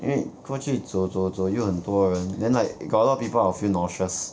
因为过去走走走又很多人 then like if got a lot of people I will feel nauseous